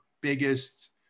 biggest